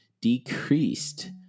decreased